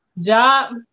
job